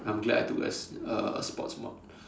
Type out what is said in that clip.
I'm glad I took a a sports mod